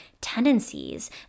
tendencies